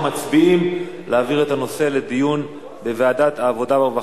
אנחנו מצביעים על ההצעה להעביר את הנושא לדיון בוועדת העבודה והרווחה.